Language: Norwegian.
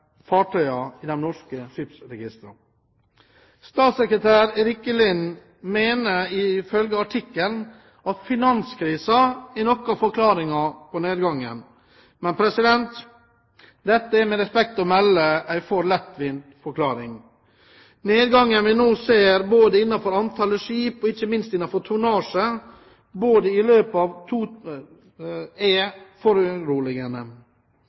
i de norske skipsregistrene. Statssekretær Rikke Lind mener» – ifølge artikkelen – «finanskrisen er noe av forklaringen på nedgangen.» Dette er, med respekt å melde, en for lettvinn forklaring. Nedgangen vi nå ser, både i antall skip og ikke minst i tonnasje, er foruroligende. Bare i løpet av